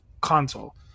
console